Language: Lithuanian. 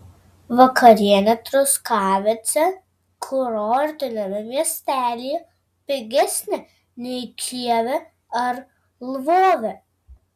vakarienė truskavece kurortiniame miestelyje pigesnė nei kijeve ar lvove